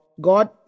god